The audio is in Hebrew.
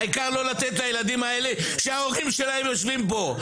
העיקר לא לתת לילדים האלה שההורים שלהם יושבים פה,